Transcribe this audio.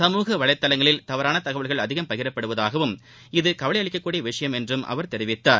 சமூக வலைத்தளங்களில் தவறான தகவல்கள் அதிகம் பகிரப்படுவதாகவும் இது கவலை அளிக்கக்கூடிய விஷயம் என்றும் அவர் தெரிவித்தார்